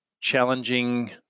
challenging